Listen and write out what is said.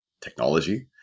technology